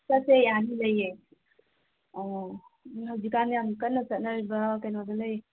ꯆꯠꯁꯦ ꯌꯥꯅꯤ ꯂꯩꯌꯦ ꯑꯣ ꯑꯗꯨꯅ ꯍꯧꯖꯤꯛ ꯀꯥꯟꯁꯦ ꯌꯥꯝ ꯀꯟꯅ ꯆꯠꯅꯔꯤꯕ ꯀꯩꯅꯣꯗ ꯂꯩ